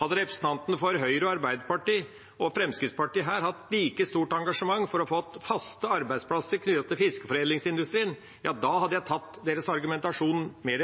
Hadde representantene for Høyre, Arbeiderpartiet og Fremskrittspartiet her hatt like stort engasjement for å få faste arbeidsplasser knyttet til fiskeforedlingsindustrien, hadde jeg tatt deres argumentasjon mer